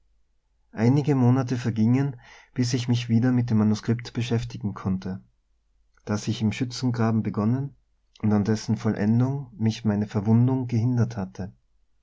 einige monate vergingen bis ich mich wieder mit dem manuskript beschäftigen konnte das ich im schützengraben begonnen und an dessen vollendung mich meine verwundung gehindert hatte